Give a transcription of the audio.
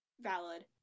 Valid